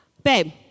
Babe